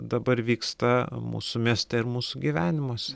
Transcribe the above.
dabar vyksta mūsų mieste ir mūsų gyvenimuose